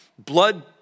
Blood